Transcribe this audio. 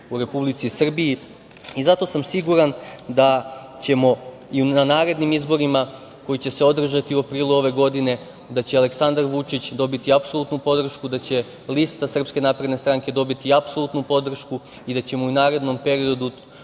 u Republici Srbiji. Zato sam siguran da ćemo i na narednim izborima, koji će održati u aprilu, da će Aleksandar Vučić dobiti apsolutnu podršku, da će lista SNS dobiti apsolutnu podršku i da ćemo u narednom periodu